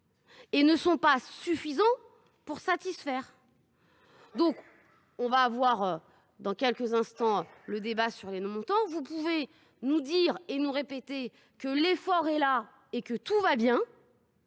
et ne peuvent nous satisfaire. Nous aurons dans quelques instants un débat sur les montants. Vous pouvez nous dire et nous répéter que l’effort est là et que tout va bien…